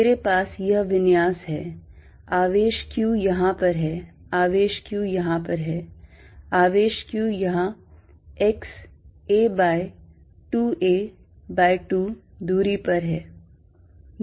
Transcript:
मेरे पास यह विन्यास है आवेश Q यहां पर है आवेश Q यहां पर है आवेश q यहाँ x a by 2 a by 2 दूरी पर है